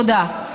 תודה.